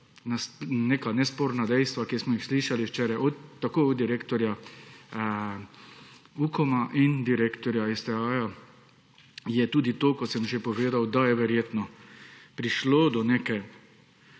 Neka nesporna dejstva, ki smo jih slišali včeraj tako od direktorja UKOM in direktorja STA je tudi to kot sem že povedal, da je verjetno prišlo do neke